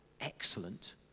excellent